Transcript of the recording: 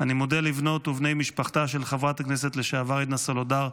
אני מודה לבנות ולבני משפחתה של חברת הכנסת לשעבר עדנה סולודר,